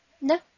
No